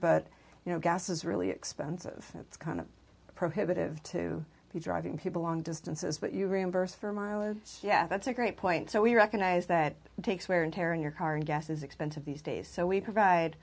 but you know gas is really expensive it's kind of prohibitive to be driving people long distances what you reimburse for mileage yes that's a great point so we recognize that it takes wear and tear on your car and gas is expensive these days so we provide